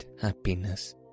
happiness